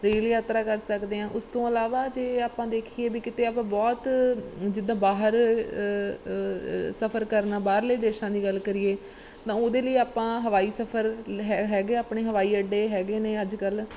rail ਯਾਤਰਾ ਕਰ ਸਕਦੇ ਹਾਂ ਉਸ ਤੋਂ ਇਲਾਵਾ ਜੇ ਆਪਾਂ ਦੇਖੀਏ ਵੀ ਕਿਤੇ ਆਪਾਂ ਬਹੁਤ ਜਿੱਦਾਂ ਬਾਹਰ ਸਫਰ ਕਰਨਾ ਬਾਹਰਲੇ ਦੇਸ਼ਾਂ ਦੀ ਗੱਲ ਕਰੀਏ ਤਾਂ ਉਹਦੇ ਲਈ ਆਪਾਂ ਹਵਾਈ ਸਫਰ ਹੈ ਹੈਗੇ ਆਪਣੇ ਹਵਾਈ ਅੱਡੇ ਹੈਗੇ ਨੇ ਅੱਜ ਕੱਲ੍ਹ